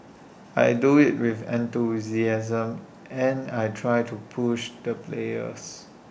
I do IT with enthusiasm and I try to push the players